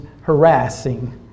harassing